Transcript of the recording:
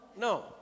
No